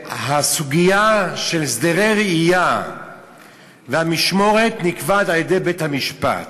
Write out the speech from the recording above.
הסוגיה של הסדרי ראייה והמשמורת נקבעת על-ידי בית-המשפט.